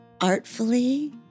artfully